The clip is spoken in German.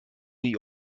die